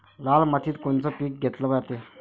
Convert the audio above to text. लाल मातीत कोनचं पीक घेतलं जाते?